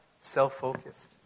self-focused